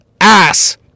ass